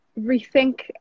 rethink